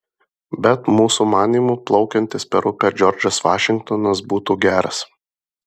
bet mūsų manymu plaukiantis per upę džordžas vašingtonas būtų geras